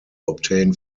obtain